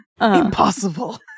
Impossible